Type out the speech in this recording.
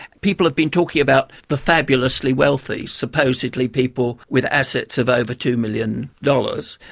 people have been talking about the fabulously wealthy, supposedly people with assets of over two million dollars.